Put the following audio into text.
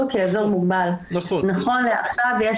נכון לעכשיו.